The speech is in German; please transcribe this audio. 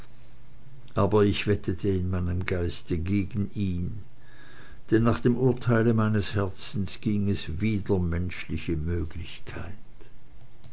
aber ich wettete in meinem geiste gegen ihn denn nach dem urteile meines herzens ging es wider menschliche möglichkeit